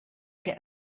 get